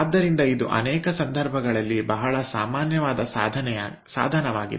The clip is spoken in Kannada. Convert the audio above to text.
ಆದ್ದರಿಂದ ಇದು ಅನೇಕ ಸಂದರ್ಭಗಳಲ್ಲಿ ಬಹಳ ಸಾಮಾನ್ಯವಾದ ಸಾಧನವಾಗಿದೆ